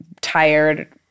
tired